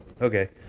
okay